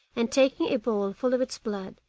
and taking a bowl full of its blood,